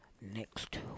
next